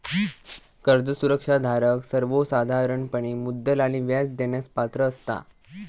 कर्ज सुरक्षा धारक सर्वोसाधारणपणे मुद्दल आणि व्याज देण्यास पात्र असता